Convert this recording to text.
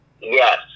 Yes